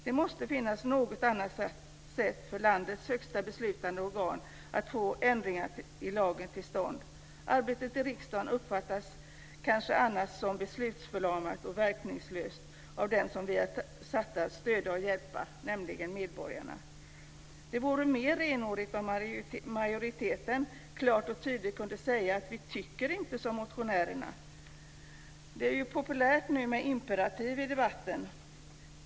Det måste finnas något annat sätt för landets högsta beslutande organ att få ändringar i lagen till stånd. Arbetet i riksdagen uppfattas kanske annars som beslutsförlamat och verkningslöst av dem som vi är satta att stödja och hjälpa, nämligen medborgarna. Det vore mer renhårigt om majoriteten klart och tydligt kunde säga: Vi tycker inte som motionärerna. Nu är det ju populärt med imperativ i debatten.